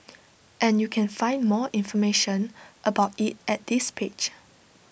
and you can find more information about IT at this page